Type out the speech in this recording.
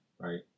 right